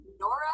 Nora